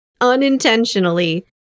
unintentionally